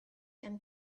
and